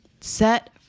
Set